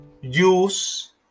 use